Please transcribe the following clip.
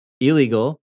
illegal